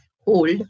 hold